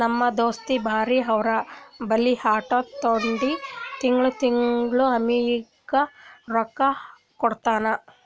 ನಮ್ ದೋಸ್ತ ಬ್ಯಾರೆ ಅವ್ರ ಬಲ್ಲಿ ಆಟೋ ತೊಂಡಿ ತಿಂಗಳಾ ತಿಂಗಳಾ ಅವ್ರಿಗ್ ರೊಕ್ಕಾ ಕೊಡ್ತಾನ್